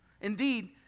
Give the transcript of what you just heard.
Indeed